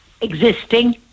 existing